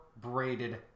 braided